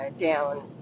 down